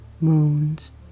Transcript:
moons